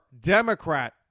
Democrat